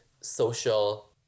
social